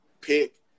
pick